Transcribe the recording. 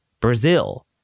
Brazil